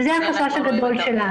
וזה החשש הגדול שלנו.